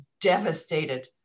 devastated